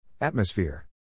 Atmosphere